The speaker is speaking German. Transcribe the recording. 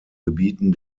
gebieten